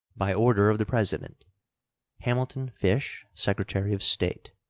by order of the president hamilton fish, secretary of state.